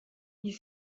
you